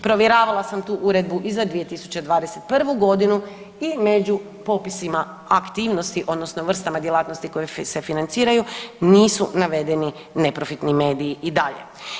Provjeravala sam tu uredbu i za 2021.g. i među popisima aktivnosti odnosno vrstama djelatnosti koje se financiraju nisu navedeni neprofitni mediji i dalje.